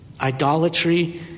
Idolatry